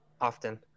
often